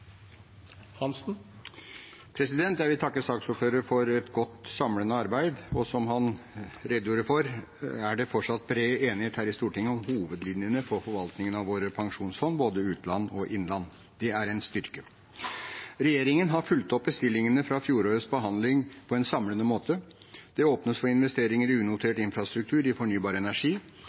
Jeg vil takke saksordføreren for et godt og samlende arbeid. Som han redegjorde for, er det fortsatt bred enighet her i Stortinget om hovedlinjene for forvaltningen av våre pensjonsfond, både utland og innland. Det er en styrke. Regjeringen har fulgt opp bestillingene fra fjorårets behandling på en samlende måte. Det åpnes for investeringer i unotert infrastruktur i fornybar energi,